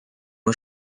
aux